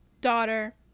Daughter